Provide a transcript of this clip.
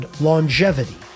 longevity